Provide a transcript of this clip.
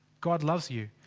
god loves you.